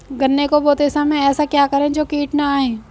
गन्ने को बोते समय ऐसा क्या करें जो कीट न आयें?